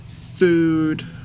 FOOD